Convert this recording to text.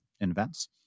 invents